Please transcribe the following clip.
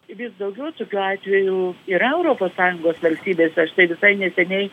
vis daugiau tokių atvejų yra europos sąjungos valstybėse štai visai neseniai